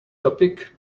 topic